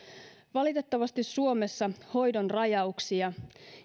valitettavasti suomessa hoidon rajauksia